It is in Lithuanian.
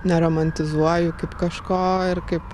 neromantizuoju kaip kažko ir kaip